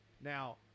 Now